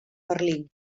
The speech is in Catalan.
berlín